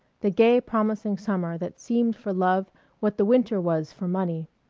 the gay promising summer that seemed for love what the winter was for money.